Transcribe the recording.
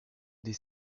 des